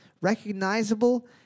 recognizable